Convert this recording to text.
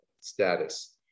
status